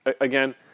again